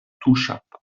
tuŝata